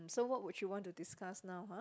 so what would you want to discuss now ah